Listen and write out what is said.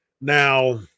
Now